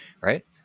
right